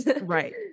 Right